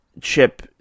Chip